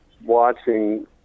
Watching